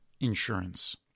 insurance